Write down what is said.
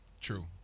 True